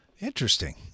Interesting